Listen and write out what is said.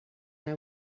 and